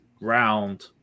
round